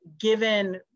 given